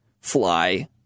fly